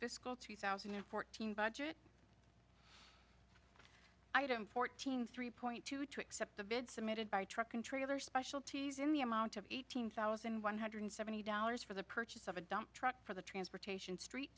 fiscal two thousand and fourteen budget item fourteen three point two two accept the bid submitted by truck and trailer specialities in the amount of eighteen thousand one hundred seventy dollars for the purchase of a dump truck for the transportation street